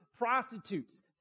prostitutes